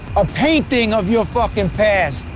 a painting of your fucking past,